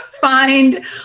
find